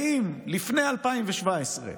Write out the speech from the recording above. האם לפני 2017,